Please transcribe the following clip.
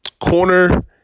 Corner